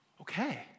Okay